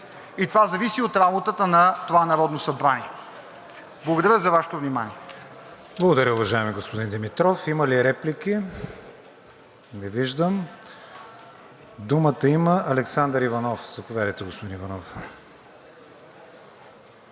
и това зависи от работата на това Народно събрание. Благодаря за Вашето внимание. ПРЕДСЕДАТЕЛ КРИСТИАН ВИГЕНИН: Благодаря, уважаеми господин Димитров. Има ли реплики? Не виждам. Думата има Александър Иванов. Заповядайте, господин Иванов.